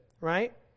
Right